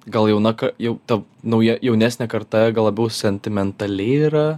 gal jauna ka jau ta nauja jaunesnė karta gal labiau sentimentali yra